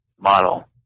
model